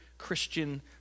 Christian